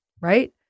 right